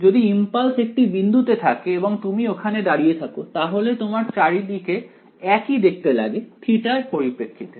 যদি ইমপালস একটি বিন্দুতে থাকে এবং তুমি ওখানে দাঁড়িয়ে থাকো তাহলে তোমার চারিদিক একই দেখতে লাগে থিটা এর পরিপ্রেক্ষিতে